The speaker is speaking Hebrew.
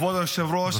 כבוד היושב-ראש,